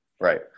Right